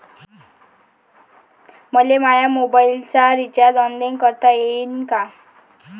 मले माया मोबाईलचा रिचार्ज ऑनलाईन करता येईन का?